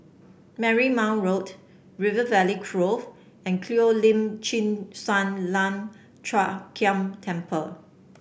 Marymount Road River Valley Grove and Cheo Lim Chin Sun Lian Hup Keng Temple